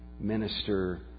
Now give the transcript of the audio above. minister